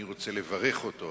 אני רוצה לברך אותו